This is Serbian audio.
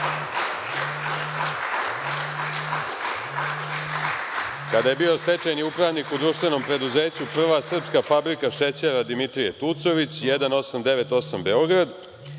kada je bio stečajni upravnik u društvenom preduzeću prva srpska fabrika šećera „Dimitrije Tucović“ 18989 Beograd,